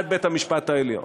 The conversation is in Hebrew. עד בית-המשפט העליון.